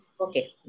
Okay